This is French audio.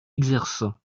exercent